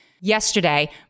yesterday